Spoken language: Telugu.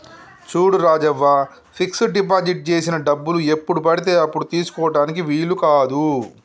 చూడు రాజవ్వ ఫిక్స్ డిపాజిట్ చేసిన డబ్బులు ఎప్పుడు పడితే అప్పుడు తీసుకుటానికి వీలు కాదు